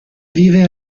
vive